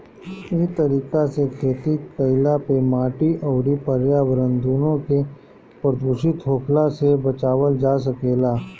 इ तरीका से खेती कईला पे माटी अउरी पर्यावरण दूनो के प्रदूषित होखला से बचावल जा सकेला